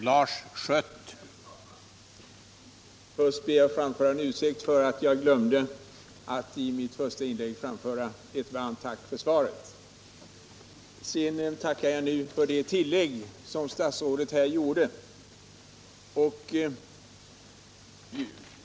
Herr talman! Först ber jag om ursäkt för att jag glömde att i mitt första inlägg tacka för svaret på mina frågor. Samtidigt tackar jag för det tillägg som statsrådet här gjorde.